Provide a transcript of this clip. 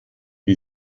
die